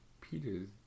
Peter's